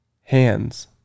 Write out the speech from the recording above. hands